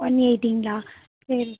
one எயிட்டிங்களா சரி